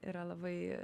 yra labai